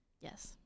Yes